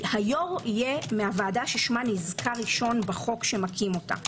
היו"ר יהיה מהוועדה ששמה נזכר ראשון בחוק שמקים אותה,